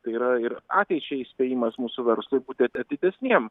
tai yra ir ateičiai įspėjimas mūsų verslui būti atidesniem